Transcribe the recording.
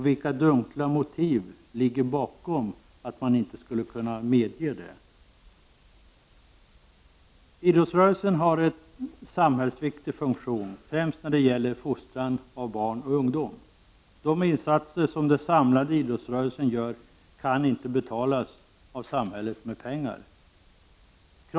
Vilka dunkla motiv ligger bakom att man inte skulle kunna medge detta? Idrottsrörelsen har en samhällsviktig funktion främst när det gäller fostran av barn och ungdom. De insatser som den samlade idrottsrörelsen gör kan inte betalas av samhället med pengar.